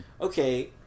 Okay